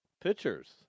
pitchers